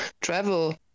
travel